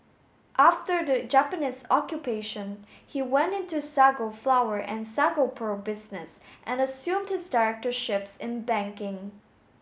after the Japanese Occupation he went into sago flour and sago pearl business and assumed his directorships in banking